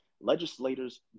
legislators